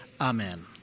amen